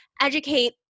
educate